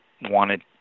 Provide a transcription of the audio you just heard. wanted